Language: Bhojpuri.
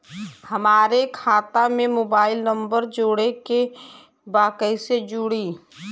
हमारे खाता मे मोबाइल नम्बर जोड़े के बा कैसे जुड़ी?